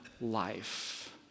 life